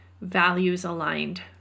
values-aligned